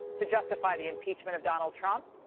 to justify the impeachment of donald trump.